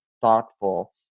thoughtful